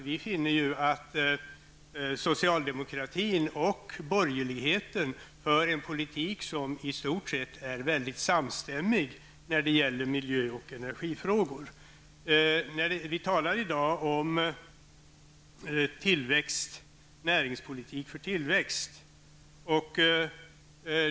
Vi finner att socialdemokratin och borgerligheten för en politik som i stort är samstämmig när det gäller miljö och energifrågor. Vi talar i dag om näringspolitik för tillväxt.